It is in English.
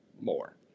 more